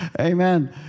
Amen